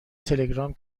تلگرام